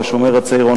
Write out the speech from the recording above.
או "השומר הצעיר",